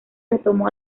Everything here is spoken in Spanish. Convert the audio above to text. retomó